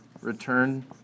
return